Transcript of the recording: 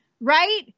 right